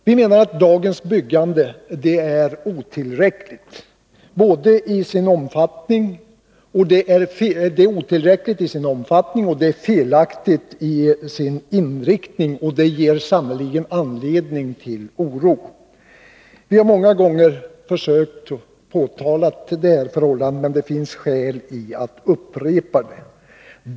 Vi menar att dagens byggande är otillräckligt i sin omfattning och felaktigt i sin inriktning, och detta ger sannerligen anledning till oro. Vi har många gånger påtalat förhållandena, och det finns skäl att göra det omigen.